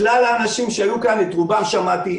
כלל האנשים שהיו כאן, את רובם שמעתי.